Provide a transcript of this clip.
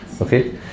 Okay